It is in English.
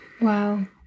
Wow